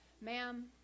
Ma'am